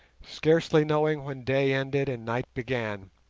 scarcely knowing when day ended and night began,